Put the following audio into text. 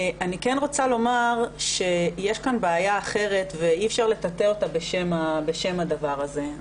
אני כן רוצה לומר שיש כאן בעיה אחרת ואי אפשר לטאטא אותה בשם הדבר הזה.